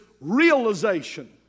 realization